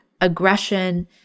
aggression